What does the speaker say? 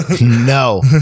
no